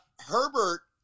Herbert